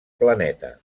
planeta